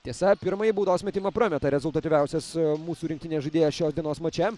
tiesa pirmąjį baudos metimą prameta rezultatyviausias mūsų rinktinės žaidėjas šios dienos mače